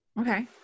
Okay